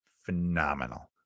phenomenal